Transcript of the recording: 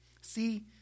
See